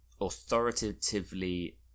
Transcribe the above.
authoritatively